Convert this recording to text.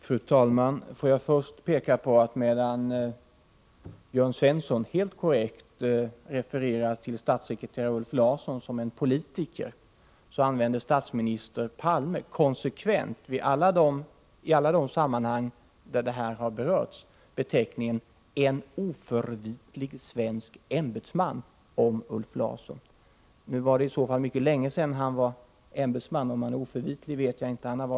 Fru talman! Får jag först peka på att medan Jörn Svensson helt korrekt refererar till statssekreterare Ulf Larsson som politiker, använder statsminister Palme konsekvent, i alla de sammanhang där denna fråga har berörts, beteckningen ”en oförvitlig svensk ämbetsman” om Ulf Larsson. Det var nog mycket länge sedan han var ämbetsman — om han är oförvitlig vet jag inte.